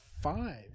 five